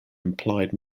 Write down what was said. implied